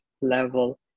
level